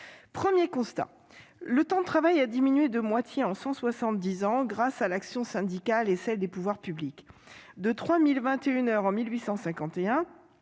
Premier constat : le temps de travail a diminué de moitié en cent soixante-dix ans grâce à l'action syndicale et à celle des pouvoirs publics. De 3 021 heures en 1851,